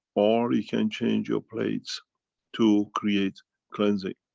or you can change your plates to create cleansing.